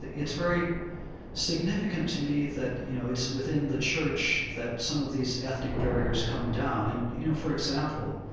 it's very significant to me that, you know, it's within the church that some of these ethnic barriers come down. and, you know, for example,